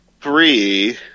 three